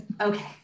okay